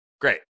Great